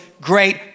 great